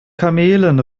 kamelen